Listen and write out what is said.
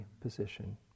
position